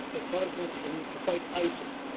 and partner and to fight isil?